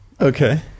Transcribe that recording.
Okay